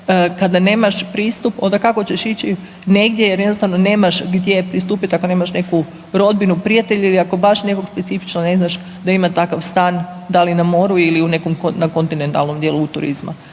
kada nemaš pristup onda kako ćeš ići negdje jer jednostavno nemaš gdje pristupiti ako nemaš neku rodbinu, prijatelje ili baš nekog specifično ne znaš da ima takav stan da li na moru ili u nekom, na kontinentalnom djelu u turizmu.